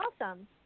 Awesome